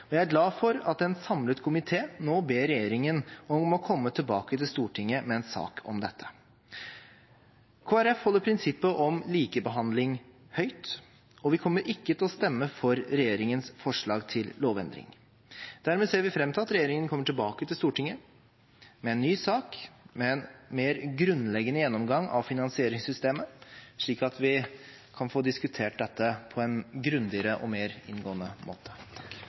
livssynssamfunn. Jeg er glad for at en samlet komité nå ber regjeringen om å komme tilbake til Stortinget med en sak om dette. Kristelig Folkeparti holder prinsippet om likebehandling høyt, og vi kommer ikke til å stemme for regjeringens forslag til lovendring. Dermed ser vi fram til at regjeringen kommer tilbake til Stortinget med en ny sak med en mer grunnleggende gjennomgang av finansieringssystemet, slik at vi kan få diskutert dette på en grundigere og mer inngående måte.